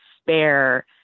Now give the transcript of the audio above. spare